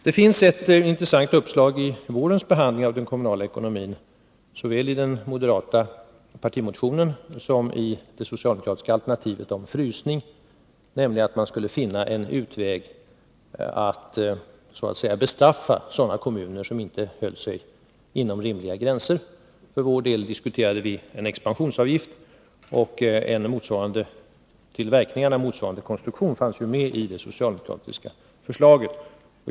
Det kom ett intressant uppslag under vårens behandling av den kommunala ekonomin, såväl i den moderata partimotionen som i det socialdemokratiska alternativet om frysning, nämligen att finna en utväg att bestraffa sådana kommuner som inte höll sig inom rimliga gränser. För vår del diskuterade vi en expansionsavgift, och en till verkningarna motsvarande konstruktion fanns med i det socialdemokratiska förslaget.